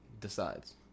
decides